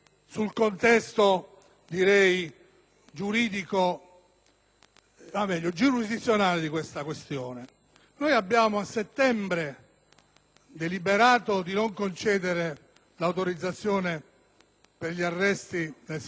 abbiamo deliberato di non concedere l'autorizzazione agli arresti del senatore Di Girolamo, e chiunque abbia letto